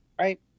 right